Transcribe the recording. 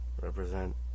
represent